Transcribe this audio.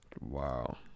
Wow